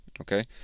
okay